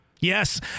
Yes